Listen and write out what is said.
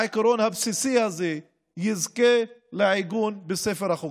העיקרון הבסיסי הזה יזכה לעיגון בספר החוקים.